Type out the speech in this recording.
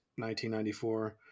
1994